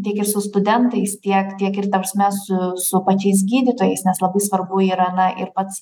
tiek ir su studentais tiek tiek ir ta prasme su su pačiais gydytojais nes labai svarbu yra na ir pats